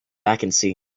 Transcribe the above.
vacancy